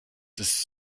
ist